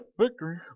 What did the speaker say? victory